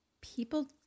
people